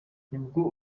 nibwo